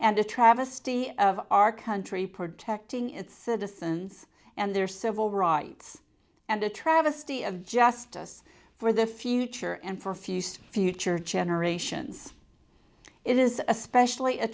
and a travesty of our country protecting its citizens and their civil rights and a travesty of justice for the future and for fused future generations it is especially a